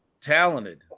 talented